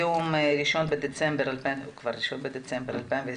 היום 1 בדצמבר 2020,